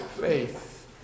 faith